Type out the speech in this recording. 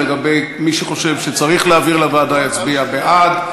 מי שחושב שצריך להעביר לוועדה יצביע בעד,